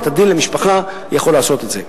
בית-הדין למשפחה יכול לעשות את זה.